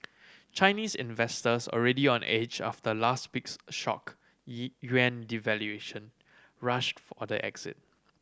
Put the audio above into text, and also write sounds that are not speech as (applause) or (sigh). Chinese investors already on edge after last week's shock (unintelligible) yuan devaluation rushed for the exit